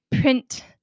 print